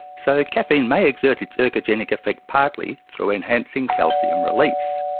so caffeine may exert its ergogenic effect partly through enhancing calcium release.